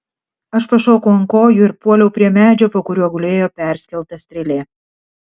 aš pašokau ant kojų ir puoliau prie medžio po kuriuo gulėjo perskelta strėlė